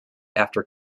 after